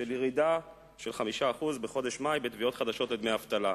ירידה של 5% בחודש מאי בתביעות חדשות לדמי אבטלה.